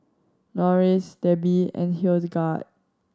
Norris Debbi and Hildegard